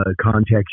context